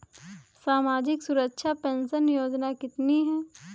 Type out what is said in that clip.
सामाजिक सुरक्षा पेंशन योजना कितनी हैं?